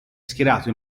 schierato